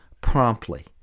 promptly